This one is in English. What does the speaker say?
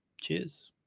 Cheers